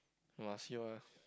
!wah! see what